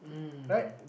right